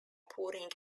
pouring